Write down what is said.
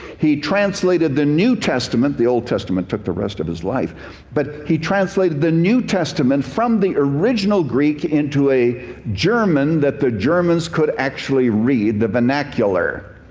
he translated the new testament the old testament took the rest of his life but he translated the new testament from the original greek into a german that the germans could actually read, the vernacular.